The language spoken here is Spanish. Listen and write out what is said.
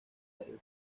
radio